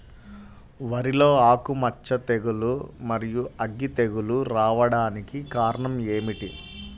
వరిలో ఆకుమచ్చ తెగులు, మరియు అగ్గి తెగులు రావడానికి కారణం ఏమిటి?